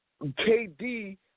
KD